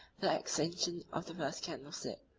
the extinction of the first candlestick,